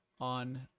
on